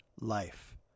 life